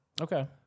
Okay